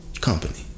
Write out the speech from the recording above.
company